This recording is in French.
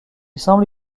semble